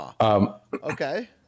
okay